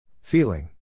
Feeling